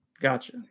Gotcha